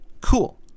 Cool